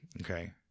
Okay